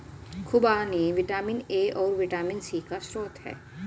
खूबानी vitamin A और vitamin C का स्रोत है